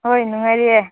ꯍꯣꯏ ꯅꯨꯡꯉꯥꯏꯔꯤꯌꯦ